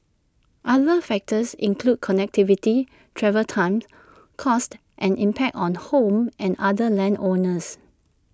other factors include connectivity travel times costs and impact on home and other land owners